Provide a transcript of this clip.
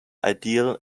ideal